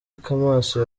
kamoso